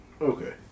Okay